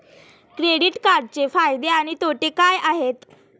Credit कार्डचे फायदे आणि तोटे काय आहेत?